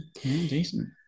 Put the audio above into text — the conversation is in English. decent